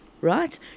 right